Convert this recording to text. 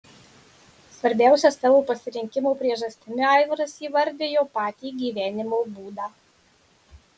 svarbiausia savo pasirinkimo priežastimi aivaras įvardijo patį gyvenimo būdą